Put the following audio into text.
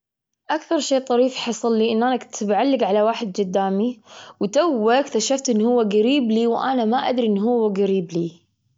لما اضطريت أتكلم جدام جمهور كبير لأول مرة، أول مرة كان في رهبة وخوف واضطراب. وبعدين، بعد جذي، أنا تكلمت عادي، ما حسيت بالخوف ولا بالاضطراب.